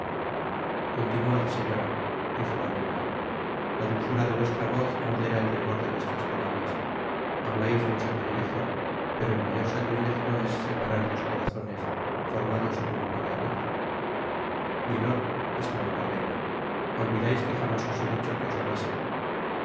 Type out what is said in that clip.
continuad señora dijo buckingam la dulzura de vuestra voz modera el rigor de vuestras palabras hablais de un sacrilegio pero el mayor sacrilegio es separar dos corazones formados el uno para el otro milord esclamó la reina olvidais que jamás os he dicho que os amase